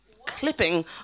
clipping